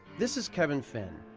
this is kevin finn.